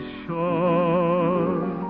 shore